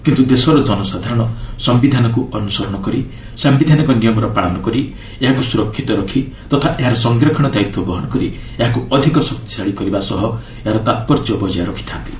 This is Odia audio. କିନ୍ତୁ ଦେଶର ଜନସାଧାରଣ ସମ୍ଭିଧାନକୁ ଅନୁସରଣ କରି ସାୟିଧାନିକ ନିୟମର ପାଳନ କରି ଏହାକୁ ସ୍ୱରକ୍ଷିତ ରଖି ତଥା ଏହାର ସଂରକ୍ଷଣ ଦାୟିତ୍ୱ ବହନ କରି ଏହାକୁ ଅଧିକ ଶକ୍ତିଶାଳୀ କରିବା ସହ ଏହାର ତାତ୍ପର୍ଯ୍ୟ ବଜାୟ ରଖିଥା'ନ୍ତି